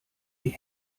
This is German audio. die